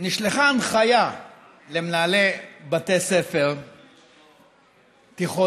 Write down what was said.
נשלחה הנחיה למנהלי בתי ספר תיכוניים,